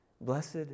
Blessed